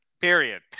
period